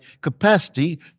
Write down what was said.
capacity